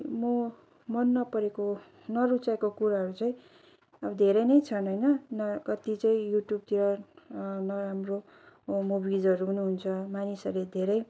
म मन नपरेको नरुचेको कुराहरू चाहिँ अब धेरै नै छन् होइन न कति चाहिँ युट्युबतिर नराम्रो मुभिजहरू पनि हुन्छ मानिसहरूले धेरै